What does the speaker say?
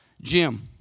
Jim